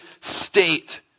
state